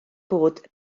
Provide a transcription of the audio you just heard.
bod